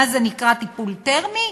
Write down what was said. מה זה נקרא טיפול תרמי?